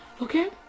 Okay